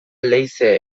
leize